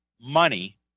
money